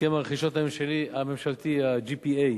הסכם הרכישות הממשלתי, ה-GPA.